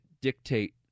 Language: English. dictate